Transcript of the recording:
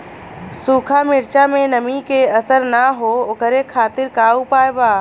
सूखा मिर्चा में नमी के असर न हो ओकरे खातीर का उपाय बा?